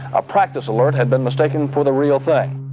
a practice alert had been mistaken for the real thing.